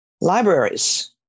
libraries